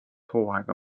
hooaega